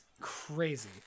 crazy